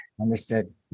Understood